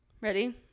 Ready